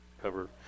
cover